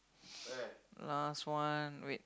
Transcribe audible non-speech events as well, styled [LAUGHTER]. [NOISE] last one wait